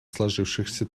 сложившихся